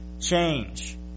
change